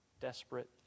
desperate